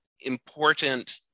important